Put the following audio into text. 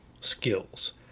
skills